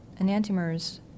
enantiomers